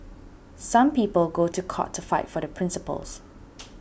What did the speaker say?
some people go to court to fight for their principles